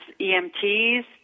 EMTs